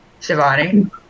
Shivani